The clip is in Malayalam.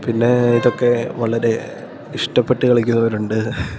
പിന്നെ ഇതൊക്കെ വളരെ ഇഷ്ടപ്പെട്ട് കളിക്കുന്നവരുണ്ട്